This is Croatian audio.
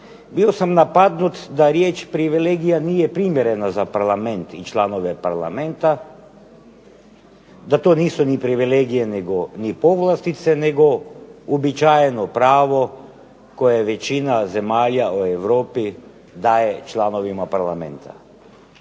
bio sam napadnut da riječ "privilegija" nije primjerena za Parlament i članove Parlamenta, da to nisu ni privilegije ni povlastice nego uobičajeno pravo koje većina zemalja u Europi daje članovima Parlamenta.